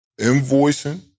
Invoicing